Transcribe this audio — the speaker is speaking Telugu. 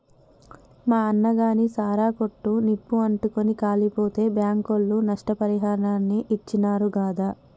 మా అన్నగాని సారా కొట్టు నిప్పు అంటుకుని కాలిపోతే బాంకోళ్లు నష్టపరిహారాన్ని ఇచ్చినారు గాదా